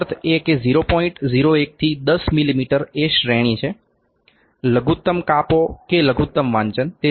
01 થી 10 મીમી એ શ્રેણી છે લઘુત્તમ કાપો કે લઘુત્તમ વાંચન તે 0